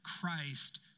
Christ